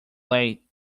late